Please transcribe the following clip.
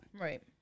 Right